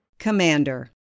Commander